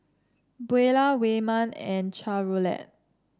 Buelah Wayman and Charolette